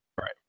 Right